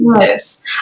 Yes